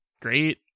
great